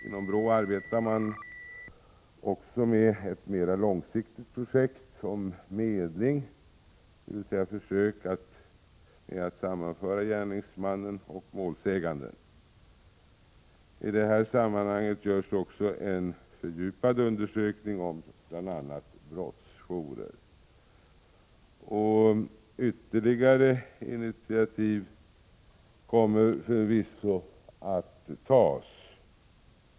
Inom BRÅ arbetar man vidare med ett mera långsiktigt projekt om medling, dvs. försök med att sammanföra gärningsmannen och målsäganden. I sammanhanget görs också en fördjupad undersökning om bl.a. brottsjourer. Ytterligare initiativ kommer förvisso att tas.